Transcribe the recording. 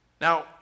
Now